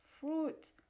fruit